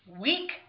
Week